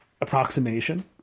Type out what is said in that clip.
approximation